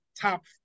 top